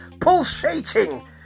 pulsating